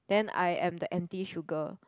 then I am the empty sugar